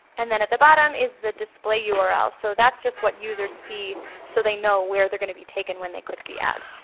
and then at the bottom is the display url. so that's just what users see so they know where they're going to be taken when they click the ad.